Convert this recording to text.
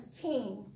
king